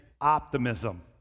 optimism